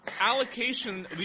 allocation –